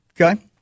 Okay